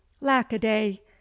lackaday